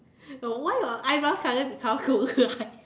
no why your eyebrow suddenly become closer eh